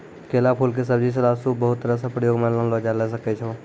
केला फूल के सब्जी, सलाद, सूप बहुत तरह सॅ प्रयोग मॅ लानलो जाय ल सकै छो